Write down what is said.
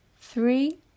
three